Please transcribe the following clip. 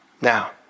Now